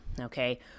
okay